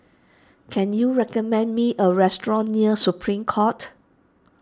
can you recommend me a restaurant near Supreme Court